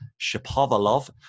Shapovalov